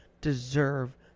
deserve